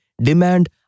demand